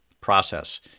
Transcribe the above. process